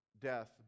death